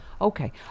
Okay